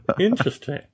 interesting